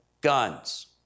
guns